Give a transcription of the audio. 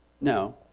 No